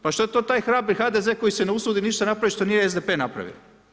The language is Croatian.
Pa što to taj hrabri HDZ koji se ne usudi ništa napraviti što nije SDP napravio?